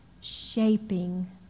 shaping